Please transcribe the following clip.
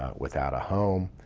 ah without a home,